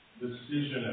decision